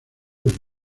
del